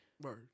Right